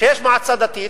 כשיש מועצה דתית,